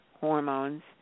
hormones